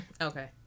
Okay